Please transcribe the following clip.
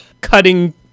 cutting